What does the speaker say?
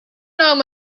alarm